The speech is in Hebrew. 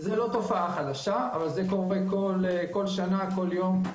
זו לא תופעה חדשה, אבל זה קורה כל שנה, כל יום.